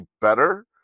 better